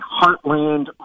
heartland